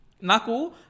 Naku